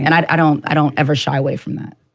and i don't i don't ever shy away from that.